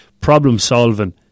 problem-solving